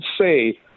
say